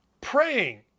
praying